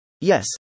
Yes